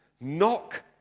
Knock